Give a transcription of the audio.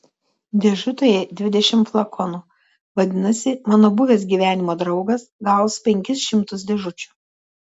dėžutėje dvidešimt flakonų vadinasi mano buvęs gyvenimo draugas gaus penkis šimtus dėžučių